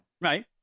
right